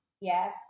Yes